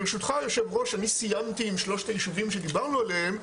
ברשותך היו"ר אני סיימתי עם שלושת היישובים שדיברנו עליהם,